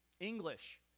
English